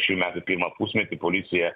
šių metų pirmą pusmetį policija